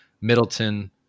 Middleton